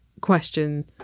question